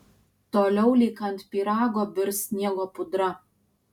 toliau lyg ant pyrago birs sniego pudra